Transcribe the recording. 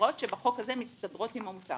ההוראות שבחוק הזה מסתדרות עם המוצר.